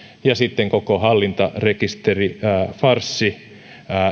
ja sitten oli koko hallintarekisterifarssi